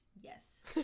Yes